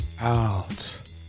out